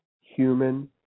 human